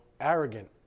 arrogant